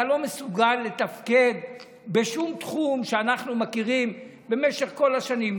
אתה לא מסוגל לתפקד בשום תחום שאנחנו מכירים במשך כל השנים,